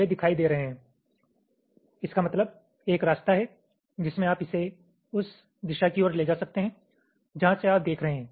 वे दिखाई दे रहे हैं इसका मतलब है एक रास्ता है जिसमें आप इसे उस दिशा की ओर ले जा सकते हैं जहां से आप देख रहे हैं